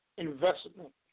investment